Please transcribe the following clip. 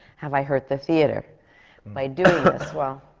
have i hurt the theatre by doing this? well,